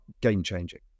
game-changing